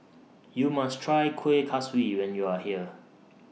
YOU must Try Kuih Kaswi when YOU Are here